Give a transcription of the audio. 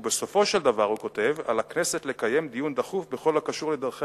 ובסופו של דבר הוא כותב: על הכנסת לקיים דיון דחוף בכל הקשור לדרכי